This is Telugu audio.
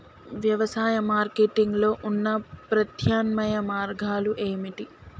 వ్యవసాయ మార్కెటింగ్ లో ఉన్న ప్రత్యామ్నాయ మార్గాలు ఏమిటి?